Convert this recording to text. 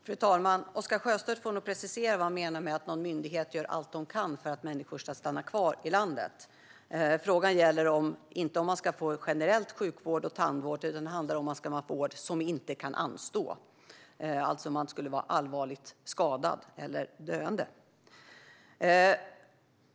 Fru talman! Oscar Sjöstedt får nog precisera vad han menar med att någon myndighet gör allt den kan för att människor ska stanna kvar i landet. Frågan gäller inte generell sjukvård och tandvård, utan vård som inte kan anstå. Det handlar alltså om rätt till vård för personer som är allvarligt skadade eller döende.